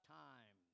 time